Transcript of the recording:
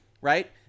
right